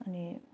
अनि